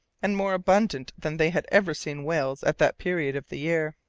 and more abundant than they had ever seen whales at that period of the year.